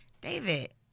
David